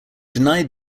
denied